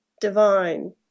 divine